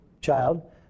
child